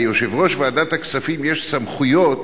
ליושב-ראש ועדת הכספים יש סמכויות